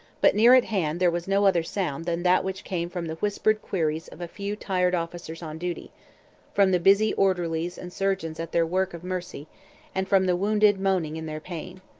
but near at hand there was no other sound than that which came from the whispered queries of a few tired officers on duty from the busy orderlies and surgeons at their work of mercy and from the wounded moaning in their pain.